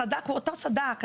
הסד"כ הוא אותו סד"כ,